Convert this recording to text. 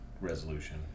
resolution